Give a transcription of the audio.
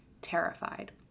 terrified